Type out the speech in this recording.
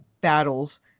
battles